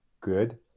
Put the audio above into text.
good